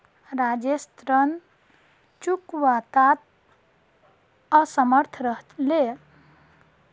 राजेश ऋण चुकव्वात असमर्थ रह ले